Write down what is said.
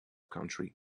country